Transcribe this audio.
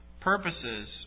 purposes